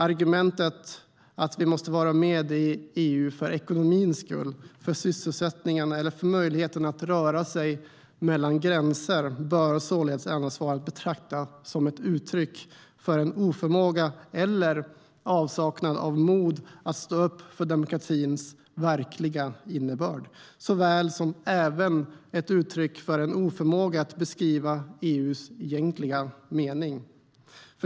Argumentet att vi måste vara med i EU för ekonomins skull, för sysselsättningens skull eller för möjligheten att röra sig över gränser bör således endast vara att betrakta som ett uttryck för oförmåga eller avsaknad av mod att stå upp för demokratins verkliga innebörd såväl som ett uttryck för oförmåga att beskriva EU:s egentliga mening.